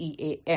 EAM